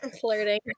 flirting